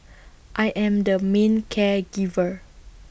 I am the main care giver